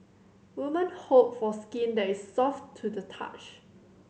women hope for skin that is soft to the touch